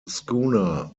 schooner